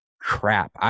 crap